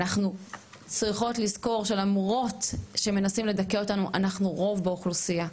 אנחנו צריכות לזכור שלמרות שמנסים לדכא אותנו אנחנו רוב באוכלוסייה.